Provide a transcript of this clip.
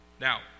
Now